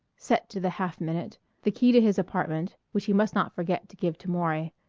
set to the half minute, the key to his apartment, which he must not forget to give to maury,